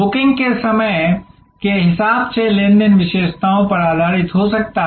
booking के समय के हिसाब से लेन देन विशेषताओं पर आधारित हो सकता है